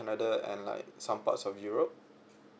canada and like some parts of europe